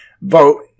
vote